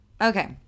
Okay